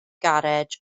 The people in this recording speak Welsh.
garej